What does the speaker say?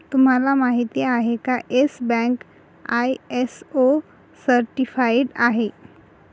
तुम्हाला माहिती आहे का, येस बँक आय.एस.ओ सर्टिफाइड आहे